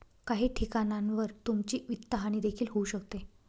काही ठिकाणांवर तुमची वित्तहानी देखील होऊ शकते